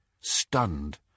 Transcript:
stunned